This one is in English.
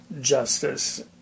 justice